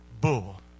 bull